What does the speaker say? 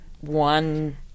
one –